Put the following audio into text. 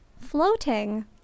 floating